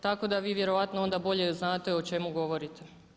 Tako da vi vjerojatno onda bolje znate o čemu govorite.